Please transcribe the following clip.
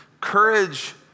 courage